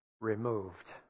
removed